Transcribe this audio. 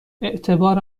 اعتبار